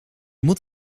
moet